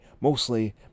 mostly